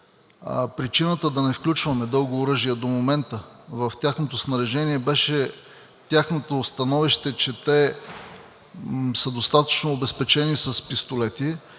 Причината да не включваме дълго оръжие до момента в снаряжението им беше тяхното становище, че те са достатъчно обезпечени с пистолети